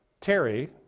Terry